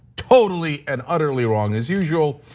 totally and utterly wrong as usual.